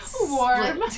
warm